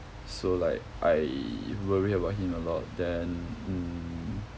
so like I worry about him a lot then mm